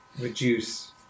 reduce